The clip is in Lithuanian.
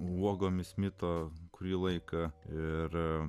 uogomis mito kurį laiką ir